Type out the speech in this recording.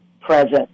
present